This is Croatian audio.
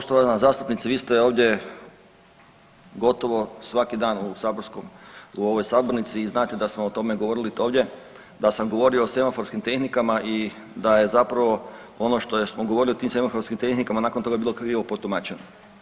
Poštovana zastupnice, vi ste ovdje gotovo svaki dan u ovoj sabornici i znate da smo o tome govorili ovdje, da sam govorio o semaforskim tehnikama i da je zapravo ono što smo govorili o semaforskim tehnikama nakon toga bilo krivo protumačeno.